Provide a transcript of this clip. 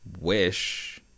wish